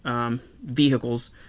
vehicles